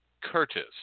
curtis